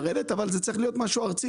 אבל זה צריך להיות משהו ארצי,